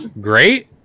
Great